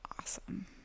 awesome